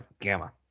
Gamma